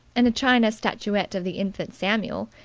and a china statuette of the infant samuel,